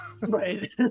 Right